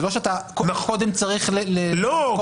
זה לא שאתה קודם צריך -- לא.